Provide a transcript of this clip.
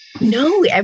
no